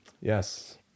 Yes